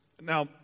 Now